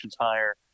higher